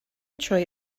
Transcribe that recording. trwy